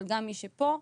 אבל גם מי שפה,